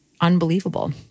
unbelievable